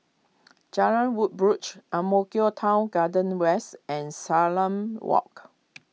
Jalan Woodbridge Ang Mo Kio Town Garden West and Salam Walk